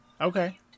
Okay